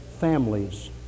families